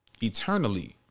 eternally